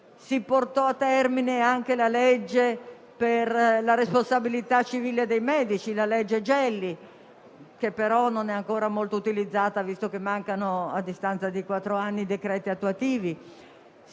si portò a termine anche la legge Gelli sulla responsabilità civile dei medici, che però non è ancora molto utilizzata, visto che mancano, a distanza di quattro anni, i decreti attuativi.